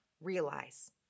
realize